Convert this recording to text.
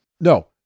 no